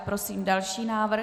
Prosím další návrh.